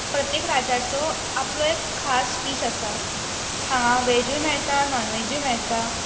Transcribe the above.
प्रत्येक राज्याचो आपलो एक खास डीश आसा हांगा वेजूय मेळटा नॉन वेजूय मेळटा